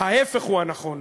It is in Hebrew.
ההפך הוא הנכון.